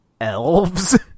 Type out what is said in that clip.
elves